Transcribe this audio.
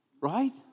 right